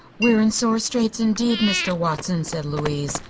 we are in sore straits, indeed, mr. watson, said louise.